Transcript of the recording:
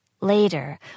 Later